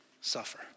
suffer